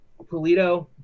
Polito